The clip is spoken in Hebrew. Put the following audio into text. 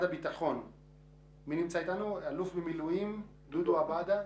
אל"מ דודו אבעדא,